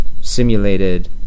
simulated